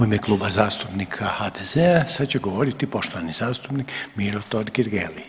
U ime Kluba zastupnika HDZ-a sada će govoriti poštovani zastupnik Miro Totgergeli.